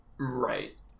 Right